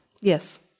Yes